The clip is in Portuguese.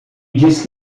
disse